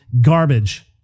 garbage